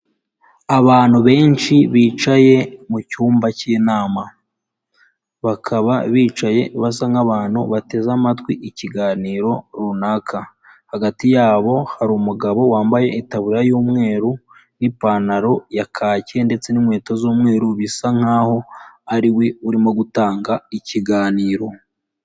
Abantu benshi bicaye mu cyumba cy'inama, bakaba bicaye basa nk'abantu bateze amatwi ikiganiro runaka, hagati yabo hari umugabo wambaye itaburiya y'umweru n'ipantaro ya kake ndetse n'inkweto z'umweru bisa nkaho ari we urimo gutanga ikiganiro.